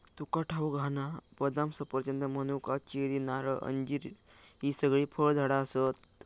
तुका ठाऊक हा ना, बदाम, सफरचंद, मनुका, चेरी, नारळ, अंजीर हि सगळी फळझाडा आसत